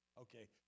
Okay